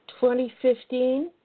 2015